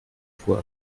fuhr